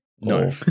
No